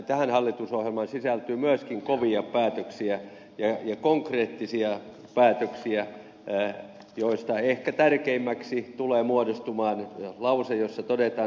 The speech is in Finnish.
tähän hallitusohjelmaan sisältyy myöskin kovia päätöksiä ja konkreettisia päätöksiä joista ehkä tärkeimmäksi tulee muodostumaan lause jossa todetaan